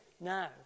now